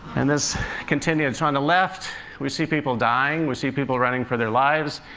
and this continued. on the left we see people dying we see people running for their lives.